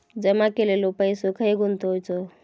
जमा केलेलो पैसो खय गुंतवायचो?